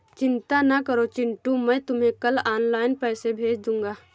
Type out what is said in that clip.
चिंता ना करो चिंटू मैं तुम्हें कल ऑनलाइन पैसे भेज दूंगा